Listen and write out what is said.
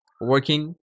working